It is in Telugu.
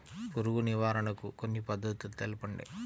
పురుగు నివారణకు కొన్ని పద్ధతులు తెలుపండి?